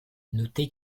notez